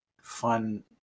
fun